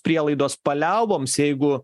prielaidos paliauboms jeigu